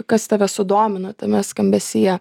kas tave sudomina tame skambesyje